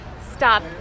stop